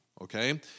okay